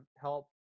help